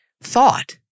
thought